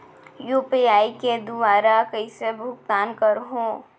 UPI के दुवारा कइसे भुगतान करहों?